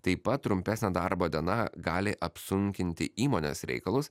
taip pat trumpesnė darbo diena gali apsunkinti įmonės reikalus